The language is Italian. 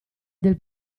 del